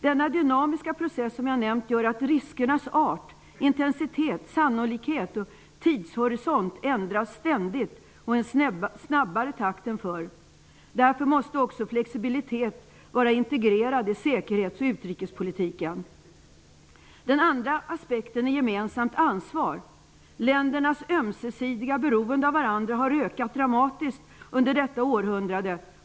Den dynamiska process som jag har nämnt gör att riskernas art, intensitet, sannolikhet och tidshorisont ständigt ändras och i en snabbare takt än förr. Därför måste också flexibilitet vara integrerad i säkerhets och utrikespolitiken. Den andra aspekten är gemensamt ansvar. Ländernas ömsesidiga beroende av varandra har ökat dramatiskt under detta århundrade.